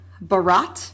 Barat